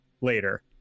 later